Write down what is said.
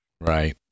Right